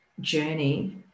journey